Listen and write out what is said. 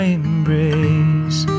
embrace